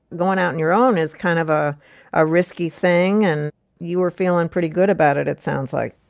goin' out on your own is kind of a ah risky thing, and you were feeling pretty good about it, it sounds like.